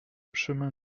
chemin